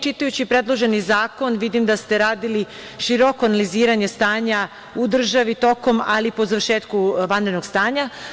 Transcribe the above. Čitajući predloženi zakon, vidim da ste radili široko analiziranje stanja u državi tokom, ali i po završetku vanrednog stanja.